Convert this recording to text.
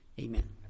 Amen